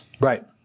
Right